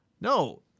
No